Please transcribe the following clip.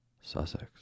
Sussex